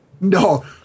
No